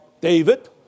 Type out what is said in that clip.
David